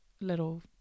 little